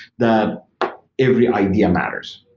that every idea matters.